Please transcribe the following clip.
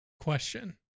question